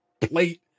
plate